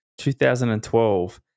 2012